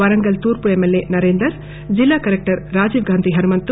వరంగల్ తూర్పు ఎమ్మెల్యే నరేందర్ జిల్లా కలెక్టర్ రాజీవ్ గాంధీ హనుమంతు